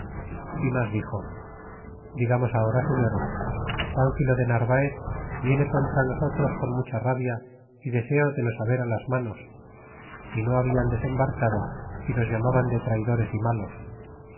y mas dixo digamos ahora señores pmphilo de narvaez viene contra nosotros con mucha rabia y deseo de nos haber á las manos y no hablan desembarcado y nos llamaban de traydores y malos